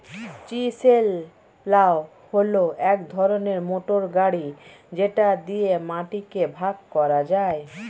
chisel plough হল এক ধরনের মোটর গাড়ি যেটা দিয়ে মাটিকে ভাগ করা যায়